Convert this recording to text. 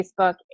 Facebook